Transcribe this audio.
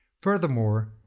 Furthermore